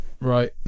Right